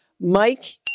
Mike